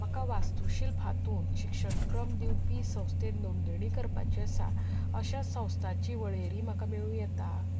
म्हाका वास्तूशिल्प हातूंत शिक्षणक्रम दिवपी संस्थेंत नोंदणी करपाची आसा अशा संस्थांची वळेरी म्हाका मेळूं येता